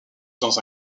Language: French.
dans